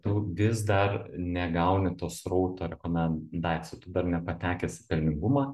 tu vis dar negauni to srauto rekomendaicijų tu dar nepatekęs į pelningumą